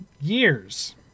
years